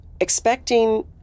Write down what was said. expecting